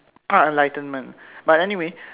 ah enlightenment but anyway